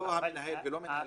לא למנהל ולא מינהלי.